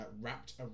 wrapped